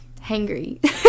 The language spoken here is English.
hangry